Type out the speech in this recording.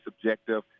subjective